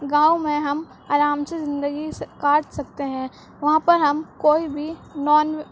گاؤں میں ہم آرام سے زندگی سے کاٹ سکتے ہیں وہاں پر ہم کوئی بھی نان